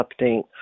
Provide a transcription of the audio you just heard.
update